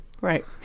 Right